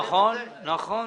נכון, נכון.